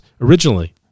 originally